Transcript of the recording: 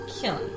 Killing